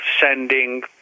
sending